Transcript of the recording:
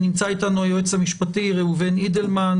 נמצא איתנו היועץ המשפטי ראובן אידלמן.